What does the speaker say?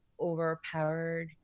overpowered